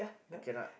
cannot